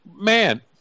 man